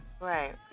Right